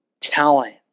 talent